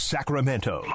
Sacramento